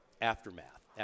aftermath